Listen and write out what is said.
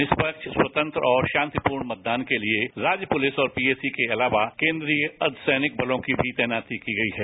निष्पक्ष स्वतंत्र और शातिपूर्ण मतदान के लिए राज्य पुलिस और पीएसी के अलावा कंद्रीय अर्धसैनिक बलों की भी तैनाती की गई है